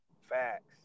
Facts